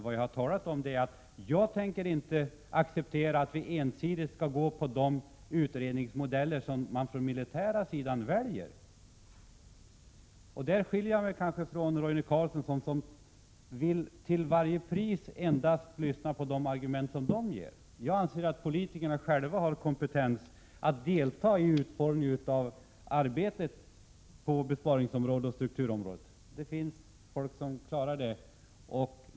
Vad jag har talat om är att jag inte tycker att vi ensidigt skall tillämpa de utredningsmodeller som man från den militära sidan väljer. På den punkten skiljer jag mig kanske från Roine Carlsson, som endast vill lyssna på de argument som den militära sidan för fram. Jag anser att politikerna själva har kompetens att delta i utformningen av arbetet när det gäller besparingar och strukturförändringar. Det finns folk som klarar det.